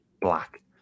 black